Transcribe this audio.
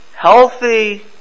healthy